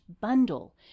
bundle